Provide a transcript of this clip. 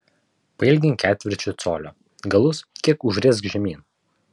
pailgink ketvirčiu colio galus kiek užriesk žemyn